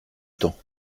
temps